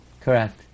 Correct